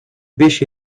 beş